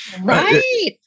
Right